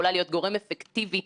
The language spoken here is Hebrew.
רציתם לשאול שאלות.